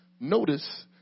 Notice